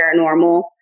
paranormal